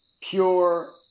pure